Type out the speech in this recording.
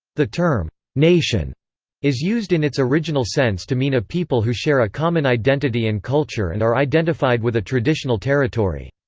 the term nation is used in its original sense to mean a people who share a common identity and culture and are identified with a traditional territory.